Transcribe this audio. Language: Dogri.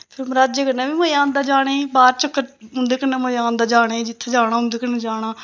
फिर मर्हाजै कन्नै बी मज़ा आंदा जाने गी बाह्र चक्कर उं'दे कन्नै मज़ा आंदा जाने ई जित्थै जाना